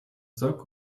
dock